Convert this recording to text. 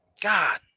God